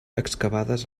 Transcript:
excavades